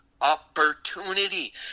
Opportunity